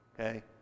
Okay